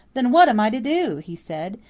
then what am i to do? he said.